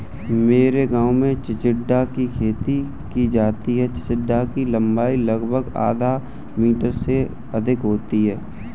मेरे गांव में चिचिण्डा की खेती की जाती है चिचिण्डा की लंबाई लगभग आधा मीटर से अधिक होती है